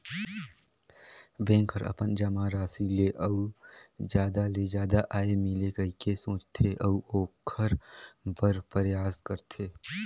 bank हर अपन जमा राशि ले अउ जादा ले जादा आय मिले कहिके सोचथे, अऊ ओखर बर परयास करथे